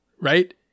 Right